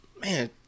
Man